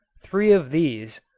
three of these,